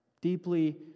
deeply